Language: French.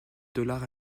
dollar